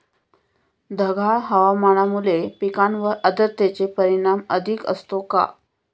ढगाळ हवामानामुळे पिकांवर आर्द्रतेचे परिणाम अधिक असतो का?